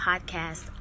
podcast